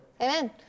Amen